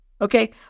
okay